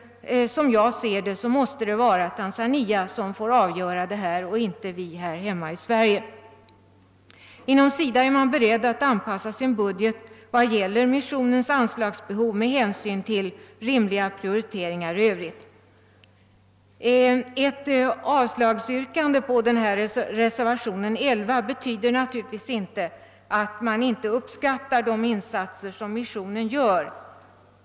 Som jag ser det måste det vara Tanzania som får avgöra detta och inte vi här hemma i Sverige. Inom SIDA är man beredd att anpassa sin budget vad beträffar missionens anslagsbehov med hänsyn till rimliga prioriteringar i övrigt. Ett avslagsyrkande på denna reservation 11 betyder naturligtvis inte, att man inte uppskattar de insatser som missionen gör.